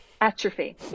Atrophy